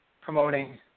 promoting